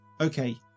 Okay